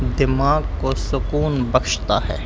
دماغ کو سکون بخشتا ہے